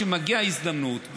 כשמגיעה ההזדמנות,